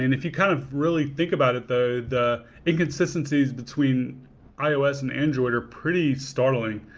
and if you kind of really think about it, the the inconsistencies between ios and android are pretty startling.